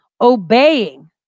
obeying